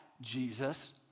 Jesus